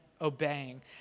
obeying